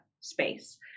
space